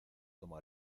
toma